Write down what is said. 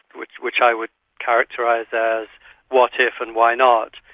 which which i would characterise as what if and why not,